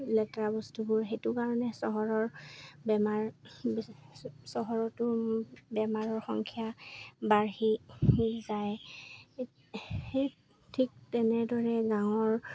লেতেৰা বস্তুবোৰ সেইটো কাৰণে চহৰৰ বেমাৰ চহৰতো বেমাৰৰ সংখ্যা বাঢ়ি যায় সেই ঠিক তেনেদৰে গাঁৱৰ